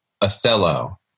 Othello